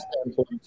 standpoint